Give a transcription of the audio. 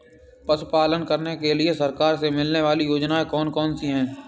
पशु पालन करने के लिए सरकार से मिलने वाली योजनाएँ कौन कौन सी हैं?